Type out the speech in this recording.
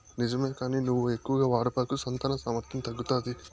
నిజమే కానీ నువ్వు ఎక్కువగా వాడబాకు సంతాన సామర్థ్యం తగ్గుతాది